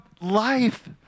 life